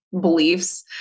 beliefs